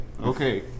Okay